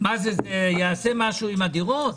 זה יעשה משהו עם הדירות?